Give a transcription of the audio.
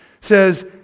says